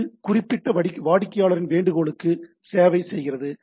இது குறிப்பிட்ட வாடிக்கையாளரின் வேண்டுகோளுக்கு சேவை செய்கிறது